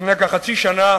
לפני כחצי שנה